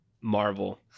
Marvel